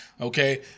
okay